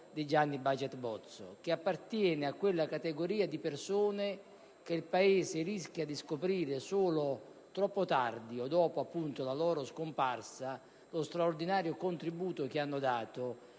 di Gianni Baget Bozzo, che appartiene a quella categoria di persone di cui il Paese rischia di scoprire solo troppo tardi o dopo la loro scomparsa lo straordinario contributo che hanno dato